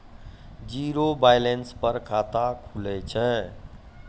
Zero balance पर खाता खुले छै?